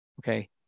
okay